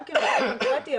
גם כמקרה קונקרטי,